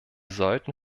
sollten